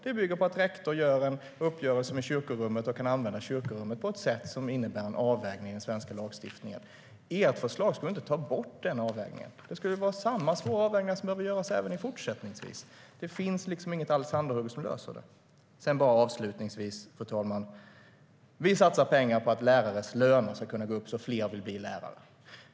Det bygger på att rektor gör en uppgörelse i fråga om kyrkorummet och kan använda det på ett sätt som innebär en avvägning i den svenska lagstiftningen. Ert förslag skulle inte ta bort den avvägningen, utan det skulle vara samma svåra avvägningar som behövde göras även fortsättningsvis. Det finns liksom inget alexanderhugg som löser det. Sedan bara avslutningsvis, fru talman: Vi satsar pengar på att lärares löner ska kunna gå upp så att fler vill bli lärare.